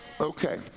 Okay